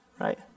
right